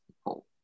people